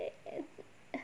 and